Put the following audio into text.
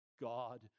God